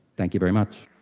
thank you very much.